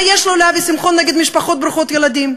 מה יש לו לאבי שמחון נגד משפחות ברוכות ילדים?